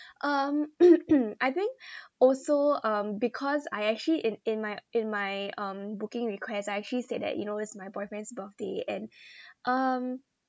um I think also um because I actually in in my in my um booking request I actually said that you know it's my boyfriend's birthday and um